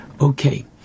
Okay